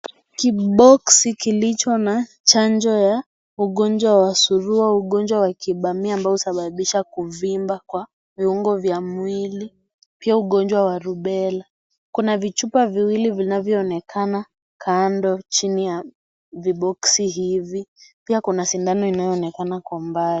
Kiboksi kilicho na chanjo ya ugonjwa wa surua, ugonjwa wa kibamia ambao husababisha kuvimba kwa viungo vya mwili pia ugonjwa wa rubella, kuna vichupa viwili vinavyoonekana kando chini viboksi hivi, pia kuna sindano inayoonekana kwa mbali.